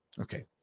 okay